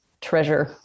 treasure